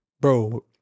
bro